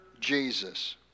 Jesus